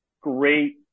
great